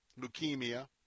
leukemia